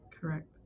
Correct